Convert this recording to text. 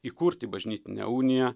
įkurti bažnytinę uniją